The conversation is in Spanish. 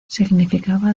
significaba